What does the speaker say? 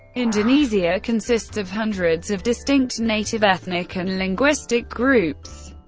indonesia consists of hundreds of distinct native ethnic and linguistic groups,